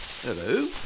Hello